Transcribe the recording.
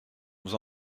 nous